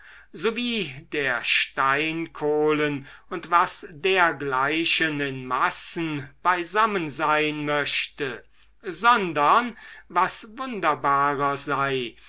sowie der steinkohlen und was dergleichen in massen beisammen sein möchte sondern was wunderbarer sei